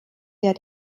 der